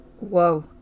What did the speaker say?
Whoa